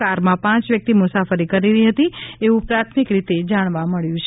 કારમાં પાંચ વ્યક્તિ મુસાફરી કરી રહી હતી એવું પ્રાથમિક રીતે જાણવા મબ્યું છે